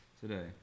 today